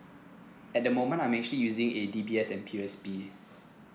at the moment I'm actually using a D_B_S and P_U_S_B